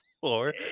floor